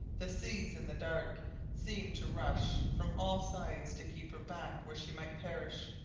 the seas in the dark seemed to rush from all sides to keep her back where she might perish.